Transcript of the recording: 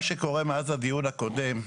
מה שקורה מאז הדיון הקודם,